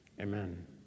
Amen